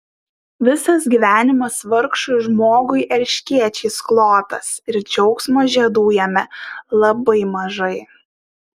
visas gyvenimas vargšui žmogui erškėčiais klotas ir džiaugsmo žiedų jame labai mažai